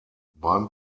beim